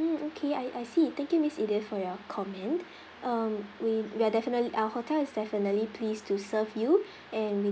mm okay I I see you thank you miss edith for your comment um we we are definitely our hotel is definitely pleased to serve you and we